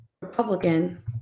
Republican